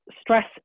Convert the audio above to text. stress